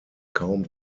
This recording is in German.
kaum